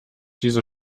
diese